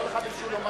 אומר לך מישהו לומר